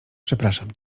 przepraszam